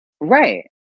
Right